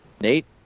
Nate